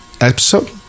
episode